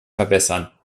verbessern